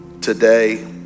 today